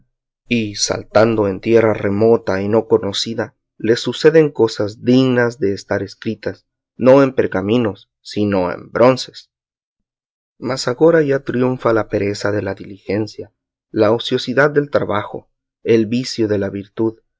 y saltando en tierra remota y no conocida le suceden cosas dignas de estar escritas no en pergaminos sino en bronces mas agora ya triunfa la pereza de la diligencia la ociosidad del trabajo el vicio de la virtud